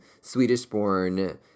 Swedish-born